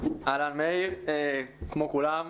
כמו כולם,